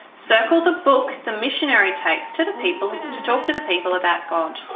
circle the book the missionary takes to the people to talk to the people about god.